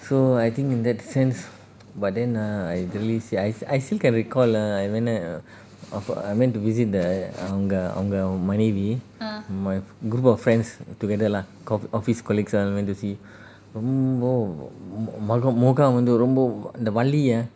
so I think in that sense but then err I really see I s~ I still can recall uh I went there err of err I went to visit the அவங்க அவங்க மனைவி:avanga avanga manaivi my group of friends together lah cause office colleagues all went to see ரொம்ப முகம் முகம் வந்து ரொம்ப அந்த வலி:romba mugam mugam vanthu romba antha vali ah